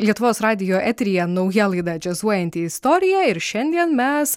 lietuvos radijo eteryje nauja laida džiazuojanti istorija ir šiandien mes